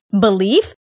belief